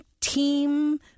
team